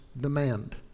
demand